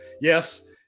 yes